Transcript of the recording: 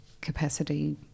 capacity